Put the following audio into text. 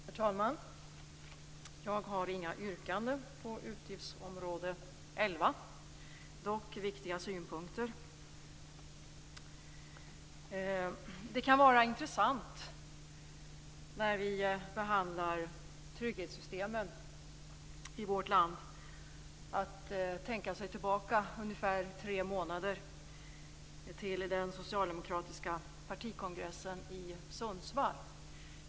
Herr talman! Jag har inga yrkanden på utgiftsområde 11 - dock viktiga synpunkter. Det kan, när vi behandlar trygghetssystemen i vårt land, vara intressant att tänka sig tillbaka ungefär tre månader till den socialdemokratiska partikongressen i Sundsvall.